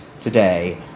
today